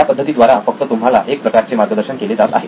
ह्या पद्धतीद्वारा फक्त तुम्हाला एक प्रकारचे मार्गदर्शन केले जात आहे